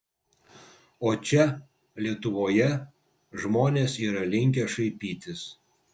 o čia lietuvoje žmonės yra linkę šaipytis